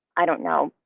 i don't know,